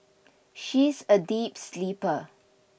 she's a deep sleeper